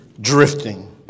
drifting